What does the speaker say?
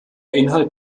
inhalt